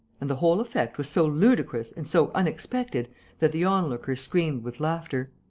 and the whole effect was so ludicrous and so unexpected that the onlookers screamed with laughter.